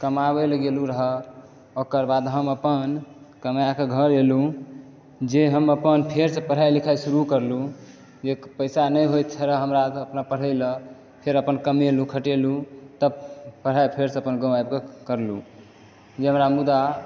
कमाबै लऽ गेलूँ रहऽ ओकर बाद हम अपन कमायक घर एलूँ जे हम अपन फेरसऽ पढ़ाइ लिखाइ शुरू करलूँ एक पैसा नै होइत रहए हमरा अपना पढ़ै लऽ फेर अपन कमेलूँ खटेलूँ तब पढ़ाइ फेरसऽ अपन गाँव आबिके करलूँ जे हमरा मुदा